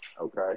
okay